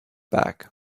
back